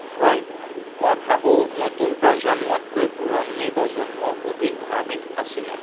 হয় মই ভাবোঁ নতুন প্ৰজন্মতকৈ পুৰণি প্ৰজন্ম অধিক ধাৰ্মিক আছিলে